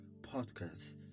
Podcast